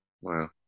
Wow